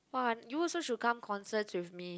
!wah! you also should come concerts with me